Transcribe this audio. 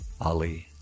Ali